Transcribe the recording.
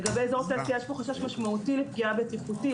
לגבי איזור תעשייה יש פה חשש משמעותי לפגיעה בטיחותית.